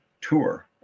tour